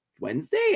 Wednesday